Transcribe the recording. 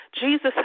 Jesus